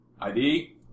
ID